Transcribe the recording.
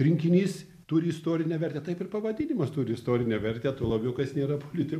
rinkinys turi istorinę vertę taip ir pavadinimas turi istorinę vertę tuo labiau kas nėra politikų